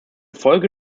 folge